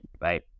right